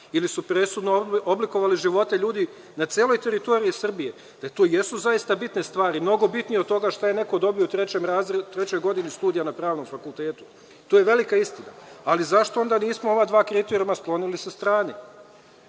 ili su presudno oblikovale živote ljudi na celoj teritoriji Srbije, da to jesu zaista bitne stvari, mnogo bitnije od toga šta je neko dobio u trećoj godini studija na pravnom fakultetu. To je velika istina. Ali, zašto onda nismo ova dva kriterijuma sklonili sa strane?